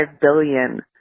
billion